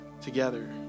together